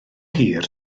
hir